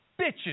bitches